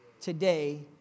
today